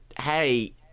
hey